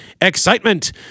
excitement